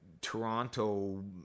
Toronto